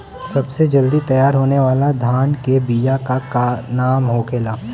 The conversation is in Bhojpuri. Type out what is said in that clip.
सबसे जल्दी तैयार होने वाला धान के बिया का का नाम होखेला?